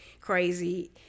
crazy